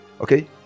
okay